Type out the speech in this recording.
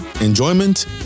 Enjoyment